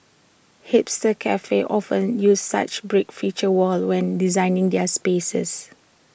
hipster cafes often use such brick feature walls when designing their spaces